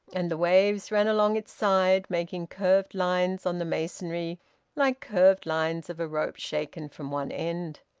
and the waves ran along its side, making curved lines on the masonry like curved lines of a rope shaken from one end.